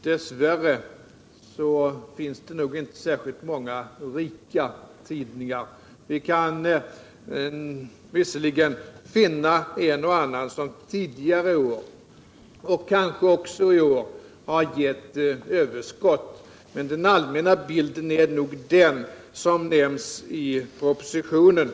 Dess värre finns det nog inte särskilt många rika tidningar. Vi kan visserligen finna en och annan som tidigare år och kanske också i år har givit överskott, men den allmänna bilden är den som tecknats i propositionen.